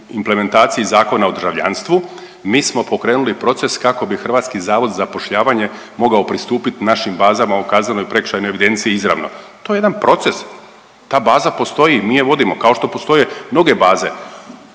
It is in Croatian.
implementaciji Zakona o državljanstvu mi smo pokrenuli proces kako bi HZZ moga pristupiti našim bazama u kaznenoj i prekršajnoj evidenciji izravno. To je jedan proces. Ta baza postoji i mi je vodimo, kao što postoje mnoge baze.